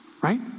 Right